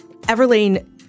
Everlane